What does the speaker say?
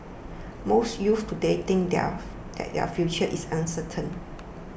most youths today think their that their future is uncertain